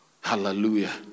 Hallelujah